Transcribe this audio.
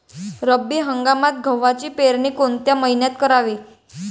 रब्बी हंगामात गव्हाची पेरनी कोनत्या मईन्यात कराव?